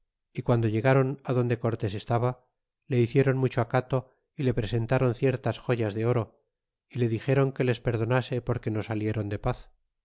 y quando llegaron adonde cortés estaba le hicieron mucho acato y le presentaron ciertas joyas de oro y le dixeron que les perdonase porque no salieron de paz